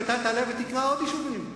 ואתה תעלה ותקרא עוד שמות יישובים.